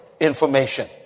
information